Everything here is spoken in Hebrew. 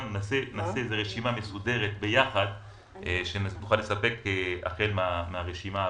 נעשה איזו רשימה מסודרת שאותה נספק החל מהרשימה הבאה.